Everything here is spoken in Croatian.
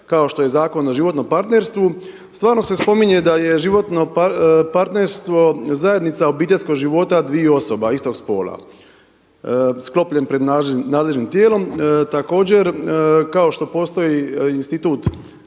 kao što je Zakon o životnom partnerstvu stvarno se spominje da je životno partnerstvo zajednica obiteljskog života dviju osoba istog spola sklopljen pred nadležnim tijelom. Također, kao što postoji institut